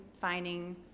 finding